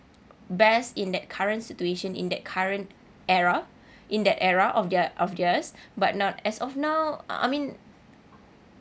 best in that current situation in that current era in that era of their of theirs but not as of now I I mean